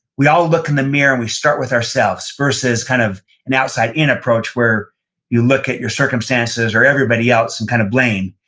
we all look in the mirror and we start with ourselves versus kind of an outside-in approach where you look at your circumstances or everybody else and kind of blame.